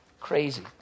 crazy